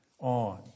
on